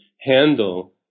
handle